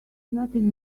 nothing